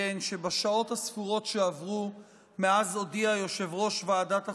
שבשעות הספורות שעברו מאז הודיע יושב-ראש ועדת החוקה,